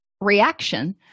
reaction